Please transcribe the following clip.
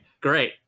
great